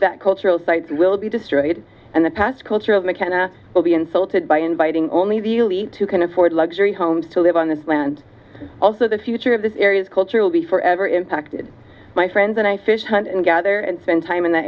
that cultural sites will be destroyed and the past culture of mckenna will be insulted by inviting only view elite who can afford luxury homes to live on this land also the future of this area's culture will be forever impacted my friends and i fish hunt and gather and spend time in th